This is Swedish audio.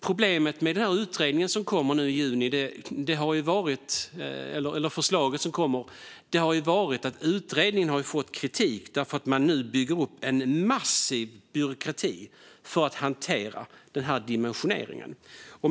Problemet med utredningen som kommer med sitt förslag i juni är att den fått kritik för att man behöver bygga upp en massiv byråkrati för att hantera denna dimensionering.